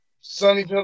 Sunny